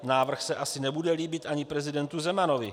Návrh se asi nebude líbit ani prezidentu Zemanovi.